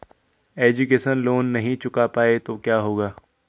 Education loan नहीं चुका पाए तो क्या होगा?